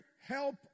help